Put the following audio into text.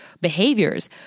behaviors